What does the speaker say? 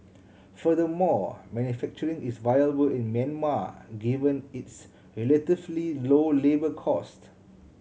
furthermore manufacturing is viable in Myanmar given its relatively low labour cost